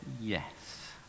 yes